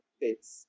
fits